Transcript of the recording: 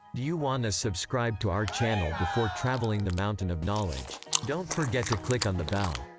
do you wanna subscribe to our channel before traveling the mountain of knowledge. dont forget to click on the bell.